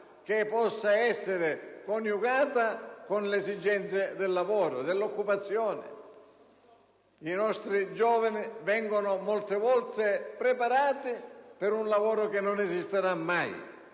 non viene coniugata con le esigenze del lavoro e dell'occupazione: i nostri giovani vengono spesso preparati per un lavoro che non esisterà mai.